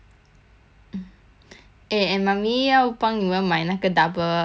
eh and mummy 要帮你们买那个 double uh decker bed 了 leh